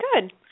Good